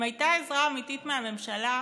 אם הייתה עזרה אמיתית מהממשלה,